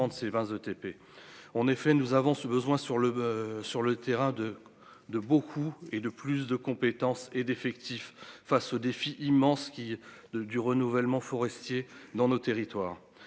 de ces 20 ETP on est fait, nous avons ce besoin sur le, sur le terrain de de beaucoup et de plus de compétences et d'effectifs face aux défis immenses qui de du renouvellement Forestier dans nos territoires,